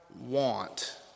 want